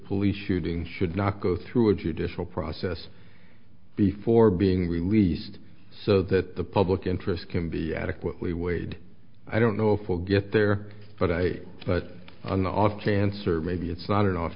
police shooting should not go through a judicial process before being released so that the public interest can be adequately weighed i don't know if we'll get there but i but on the off chance or maybe it's not an off